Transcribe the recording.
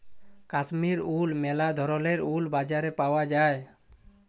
কাশ্মীর উল ম্যালা ধরলের উল বাজারে পাউয়া যায়